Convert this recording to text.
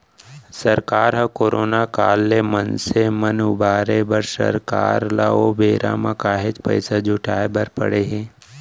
सरकार ह करोना काल ले मनसे मन उबारे बर सरकार ल ओ बेरा म काहेच पइसा जुटाय बर पड़े हे